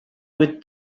with